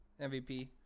MVP